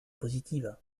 positive